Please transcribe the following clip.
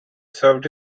served